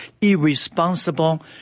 irresponsible